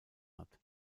hat